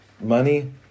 money